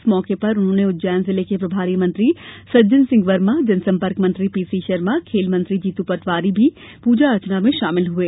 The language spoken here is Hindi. इस मौके पर उज्जैन जिले के प्रभारी मंत्री सज्जन सिंह वर्मा जनसंपर्क मंत्री पीसी शर्मा खेल मंत्री जीतू पटवारी भी प्रजन अर्चन में शामिल हुए